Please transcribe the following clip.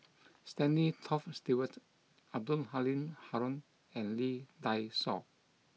Stanley Toft Stewart Abdul Halim Haron and Lee Dai Soh